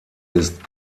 ist